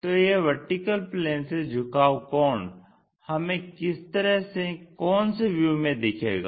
तो यह VP से झुकाव कोण हमें किस तरह से कोनसे व्यू में दिखेगा